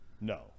No